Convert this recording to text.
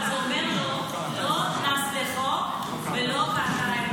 ואז הוא אומר לו: לא נס לחֹה ולא כהתה עינו.